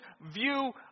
view